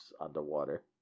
underwater